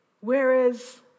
Whereas